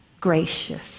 gracious